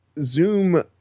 zoom